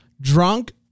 drunk